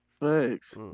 Thanks